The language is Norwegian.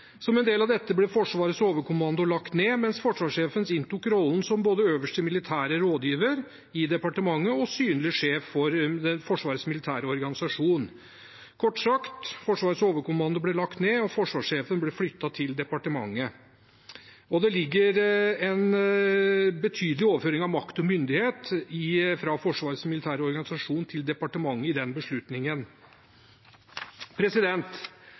Som en del av dette ble Forsvarets overkommando lagt ned, mens forsvarssjefen inntok rollen som både øverste militære rådgiver i departementet og synlig sjef for Forsvarets militære organisasjon. Kort sagt: Forsvarets overkommando ble lagt ned, og forsvarssjefen ble flyttet til departementet. Det ligger en betydelig overføring av makt og myndighet fra Forsvarets militære organisasjon til departementet i den beslutningen.